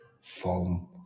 form